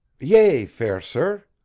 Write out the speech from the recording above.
yea, fair sir.